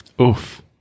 Oof